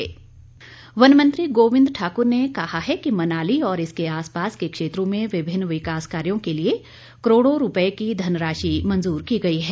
गोविंद ठाकर वन मंत्री गोविंद ठाकुर ने कहा है कि मनाली और इसके आस पास के क्षेत्रों में विभिन्न विकास कार्यों के लिए करोड़ों रूपए की धनराशि मंजूर की गई है